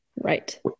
right